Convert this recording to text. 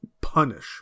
punish